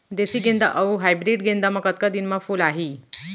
देसी गेंदा अऊ हाइब्रिड गेंदा म कतका दिन म फूल आही?